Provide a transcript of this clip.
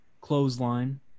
clothesline